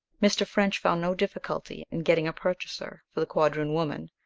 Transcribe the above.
mr. french found no difficulty in getting a purchaser for the quadroon woman,